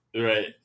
Right